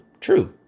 true